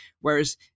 Whereas